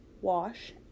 wash